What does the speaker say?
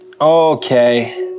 Okay